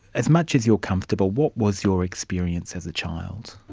as much as you're comfortable, what was your experience as a child?